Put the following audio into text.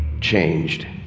changed